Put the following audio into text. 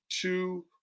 two